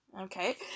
Okay